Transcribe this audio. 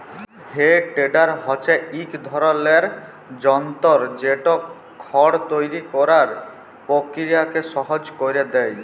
হে tedder হছে ইক ধরলের যল্তর যেট খড় তৈরি ক্যরার পকিরিয়াকে সহজ ক্যইরে দেঁই